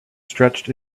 stretched